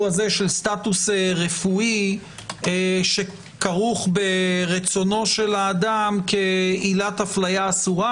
הזה של סטטוס רפואי שכרוך ברצונו של האדם כעילת אפליה אסורה.